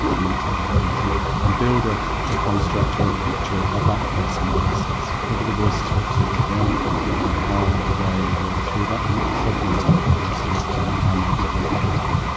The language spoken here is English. amongst other things, and and build ah a construct or a picture of how that person makes sense, what do the voices represent to them and how do they work through that, and what problems might the voices represent and how might we work through that.